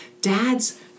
dads